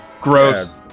gross